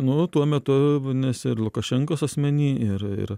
nu tuo metu nes ir lukašenkos asmeny ir ir